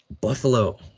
Buffalo